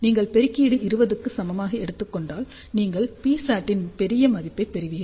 நீங்கள் பெருக்கீடு 20 க்கு சமமாக எடுத்துக் கொண்டால் நீங்கள் Psat இன் பெரிய மதிப்பைப் பெறுவீர்கள்